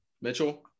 Mitchell